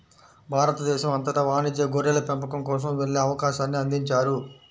భారతదేశం అంతటా వాణిజ్య గొర్రెల పెంపకం కోసం వెళ్ళే అవకాశాన్ని అందించారు